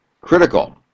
critical